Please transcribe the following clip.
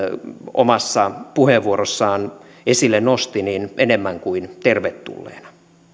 omassa puheenvuorossaan esille nosti enemmän kuin tervetulleena